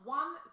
one